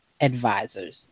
advisors